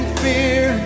fear